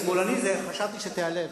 אבל "שמאלני" חשבתי שתיעלב.